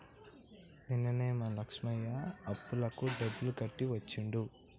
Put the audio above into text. నిన్ననే మా లక్ష్మయ్య అప్పులకు డబ్బులు కట్టి వచ్చిండు